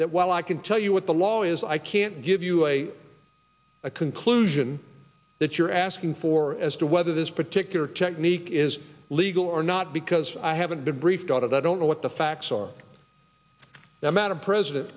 that while i can tell you what the law is i can't give you a conclusion that you're asking for as to whether this particular technique is legal or not because i haven't been briefed out of i don't know what the facts are that matter president